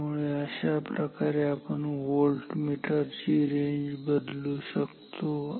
त्यामुळे अशाप्रकारे आपण व्होल्टमीटर ची रेंज बदलू शकतो